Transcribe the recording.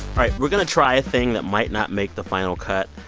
right. we're going to try a thing that might not make the final cut.